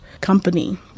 company